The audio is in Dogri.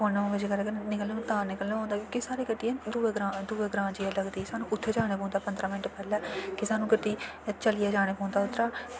पौने नौ बजें घरा दा तां निकलना पौंदा कि साढ़ी गड्डी दुए ग्रां जाइयै लगदी सानूं उत्थै जाना पौंदा पंदरां मिंट पैह्लें कि सानूं गड्डी चलियै जाना पौंदा उद्धरां